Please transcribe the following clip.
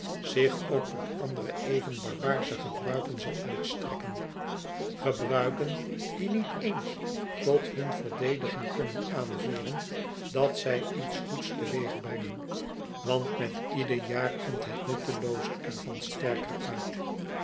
zich ook tot andere even barbaarsche gebruiken zal uitstrekken gebruiken die niet eens tot hun verdediging kunnen aanvoeren dat zij iets goeds te weeg brengen want met ieder jaar komt het nuttelooze er van sterker uit